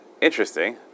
Interesting